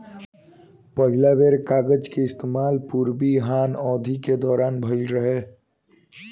पहिला बेर कागज के इस्तेमाल पूर्वी हान अवधि के दौरान भईल रहे